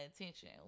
attention